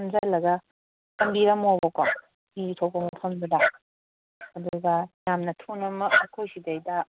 ꯅꯝꯁꯤꯜꯂꯒ ꯊꯝꯕꯤꯔꯝꯃꯣꯕꯀꯣ ꯏ ꯊꯣꯛꯄ ꯃꯐꯝꯗꯨꯗ ꯑꯗꯨꯒ ꯌꯥꯝꯅ ꯊꯨꯅꯃꯛ ꯑꯩꯈꯣꯏ ꯁꯤꯗꯩꯗ